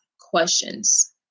questions